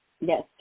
Yes